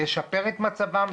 לשפר את מצבם,